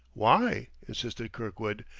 why? insisted kirkwood,